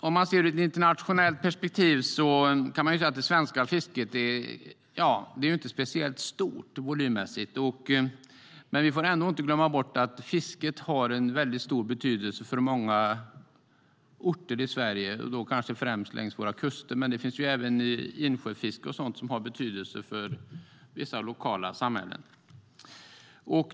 Sett ur ett internationellt perspektiv är det svenska fisket inte speciellt stort volymmässigt, men vi får inte glömma bort att fisket har en stor betydelse för många orter i Sverige, kanske främst längs våra kuster. Det finns även insjöfiske som har betydelse för vissa lokala samhällen.